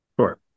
Sure